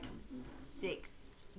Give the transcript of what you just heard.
six